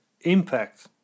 impact